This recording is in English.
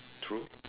true